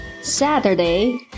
Saturday